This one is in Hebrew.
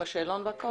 עם השאלון והכול.